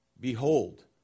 behold